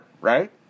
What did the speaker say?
right